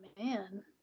man